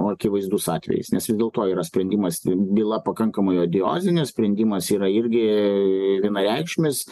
akivaizdus atvejis nes vis dėlto yra sprendimas byla pakankamai odiozinė sprendimas yra irgi vienareikšmis